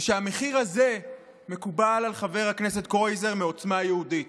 ושהמחיר הזה מקובל על חבר הכנסת קרויזר מעוצמה יהודית.